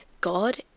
God